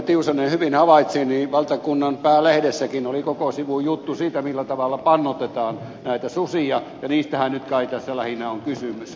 tiusanen hyvin havaitsi valtakunnan päälehdessäkin oli koko sivun juttu siitä millä tavalla pannoitetaan susia ja niistähän nyt kai tässä lähinnä on kysymys